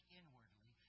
inwardly